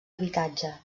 habitatge